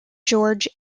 george